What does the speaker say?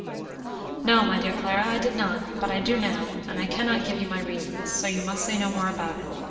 no, my dear clara, i did not, but i do now, and i can not give you my reasons so you must say no more about it.